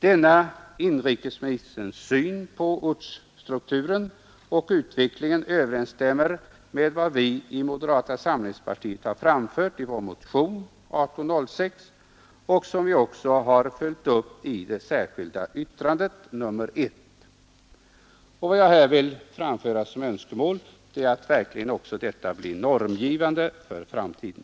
Denna inrikesministerns syn på ortsstrukturen och utvecklingen överensstämmer både med vad vi i moderata samlingspartiet framfört i vår motion nr 1806 och med vad som framhålles i det särskilda yttrandet nr 1. Vad jag här vill framföra som önskemål är att detta också verkligen blir normgivande för framtiden.